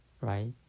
right